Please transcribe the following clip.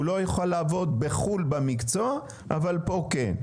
הוא לא יוכל לעבוד בחו"ל במקצוע, אבל פה כן?